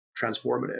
transformative